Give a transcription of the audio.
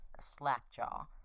Slackjaw